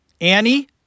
Annie